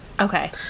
Okay